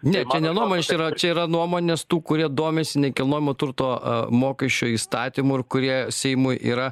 ne čia ne nuomonės čia yra čia yra nuomonės tų kurie domisi nekilnojamo turto mokesčio įstatymu ir kurie seimui yra